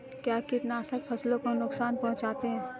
क्या कीटनाशक फसलों को नुकसान पहुँचाते हैं?